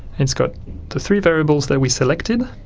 it's got the three variables that we selected